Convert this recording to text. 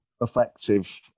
effective